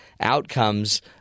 outcomes